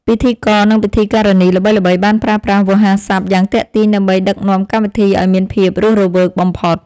ពិធីករនិងពិធីការិនីល្បីៗបានប្រើប្រាស់វោហារស័ព្ទយ៉ាងទាក់ទាញ ដើម្បីដឹកនាំកម្មវិធីឱ្យមានភាពរស់រវើកបំផុត។